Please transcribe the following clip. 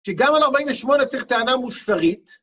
שגם על 48 צריך טענה מוסרית.